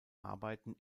arbeiten